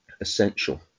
essential